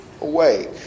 awake